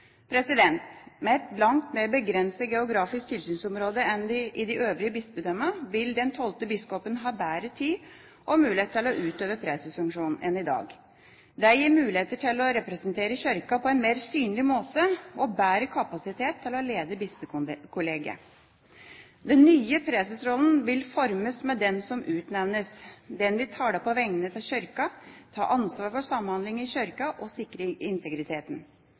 langt mer begrenset geografisk tilsynsområde enn i de øvrige bispedømmer vil den tolvte biskopen ha bedre tid og mulighet til å utøve presesfunksjonen. Det gir muligheter til å representere Kirka på en mer synlig måte og bedre kapasitet til å lede bispekollegiet. Den nye presesrollen vil formes med den som utnevnes. Den vil tale på vegne av Kirka, ta ansvar for samhandlinga i Kirka og sikre integriteten. Mye av debatten i